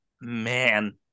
man